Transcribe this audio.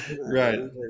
Right